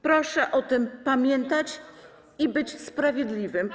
Proszę o tym pamiętać i być sprawiedliwym.